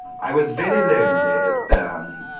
i was very lonely at bern,